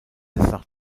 nach